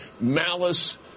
malice